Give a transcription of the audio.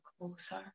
closer